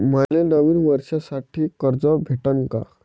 मले नवीन वर्षासाठी कर्ज भेटन का?